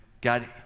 God